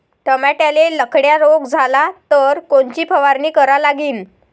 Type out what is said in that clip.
टमाट्याले लखड्या रोग झाला तर कोनची फवारणी करा लागीन?